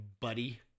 buddy